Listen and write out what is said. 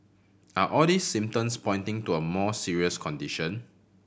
are all these symptoms pointing to a more serious condition